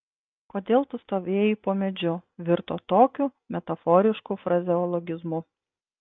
kodėl tu stovėjai po medžiu virto tokiu metaforišku frazeologizmu